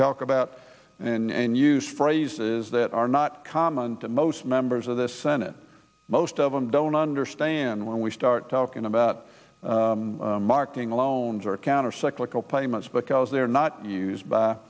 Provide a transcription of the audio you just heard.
talk about and use phrases that are not common to most members of the senate most of them don't understand when we start talking about marking loans or countercyclical payments because they're not used by